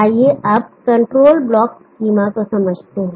आइए अब control block schema को समझते हैं